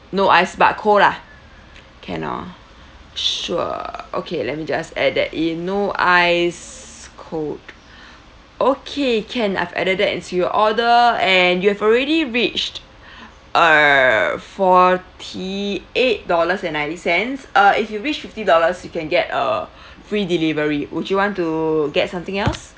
no ice but cold lah can hor sure okay let me just add that in no ice cold okay can I've added that into your order and you've already reached err forty eight dollars and ninety cents uh if you reach fifty dollars you can get a free delivery would you want to get something else